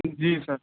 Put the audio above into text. جی سر